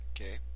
Okay